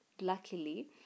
luckily